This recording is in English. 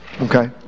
Okay